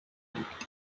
liegt